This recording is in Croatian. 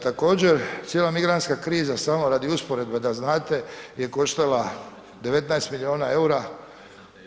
Također cijela migrantska kriza, samo radi usporedbe da znate, je koštala 19 milijuna EUR-a.